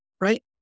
right